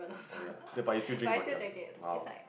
oh ya the but you still drink macchiato !wow!